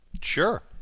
Sure